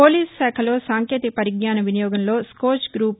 police శాఖలో సాంకేతిక పరిజ్ఞాన వినియోగంలో స్కోచ్ గ్రూప్